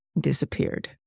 disappeared